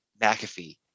McAfee